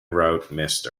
wrote